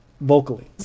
vocally